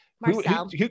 Marcel